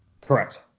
Correct